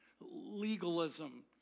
Legalism